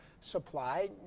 supply